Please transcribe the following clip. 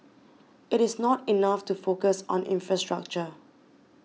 it is not enough to focus on infrastructure